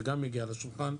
זה גם יגיע לשולחן,